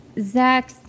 Zach